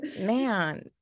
Man